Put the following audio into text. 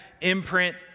imprint